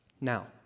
Now